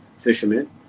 Fishermen